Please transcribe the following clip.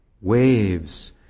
waves